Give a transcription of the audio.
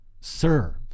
serves